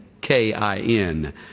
K-I-N